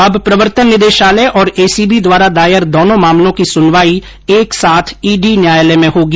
अब प्रवर्तन निदेशालय और एसीबी द्वारा दायर दोनो मामलो की सुनवाई साथ साथ ईडी न्यायालय में चलेगी